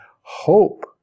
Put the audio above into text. hope